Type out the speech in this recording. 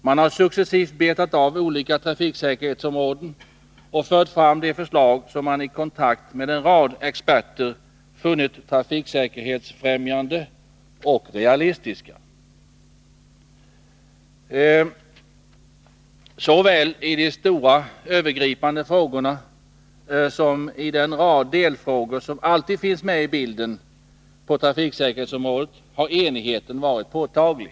Man har successivt betat av olika trafiksäkerhetsområden och fört fram de förslag som man i kontakt med en rad experter funnit trafiksäkerhetsfrämjande och realistiska. Såväl i de stora övergripande frågorna som i den rad delfrågor som alltid finns med i bilden på trafiksäkerhetsområdet har enigheten varit påtaglig.